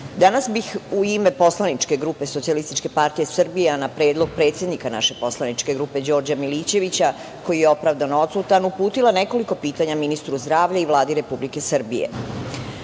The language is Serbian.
danas bih u ime poslaničke grupe SPS, a na predlog predsednika naše poslaničke grupe, Đorđa Milićevića, koji je opravdano odsutan, uputila nekoliko pitanja ministru zdravlja i Vladi Republike Srbije. Tužna